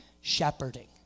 shepherding